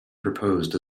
proposed